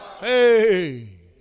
Hey